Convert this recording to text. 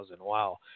Wow